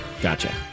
Gotcha